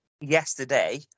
yesterday